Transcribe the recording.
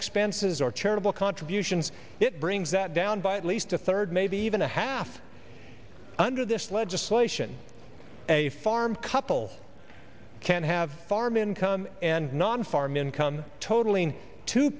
expenses or charitable contributions it brings that down by at least a third maybe even a half under this legislation a farm couple can have farm income and non farm income totalling two